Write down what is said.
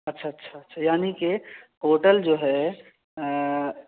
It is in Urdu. اچھا اچھا اچھا یعنی کہ ہوٹل جو ہے